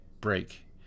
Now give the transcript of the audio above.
break